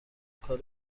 کار